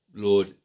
Lord